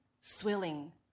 swilling